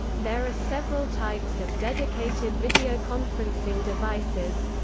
there are several types of dedicated videoconferencing devices